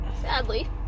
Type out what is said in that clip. sadly